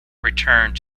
returned